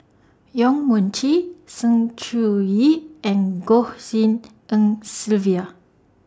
Yong Mun Chee Sng Choon Yee and Goh Tshin En Sylvia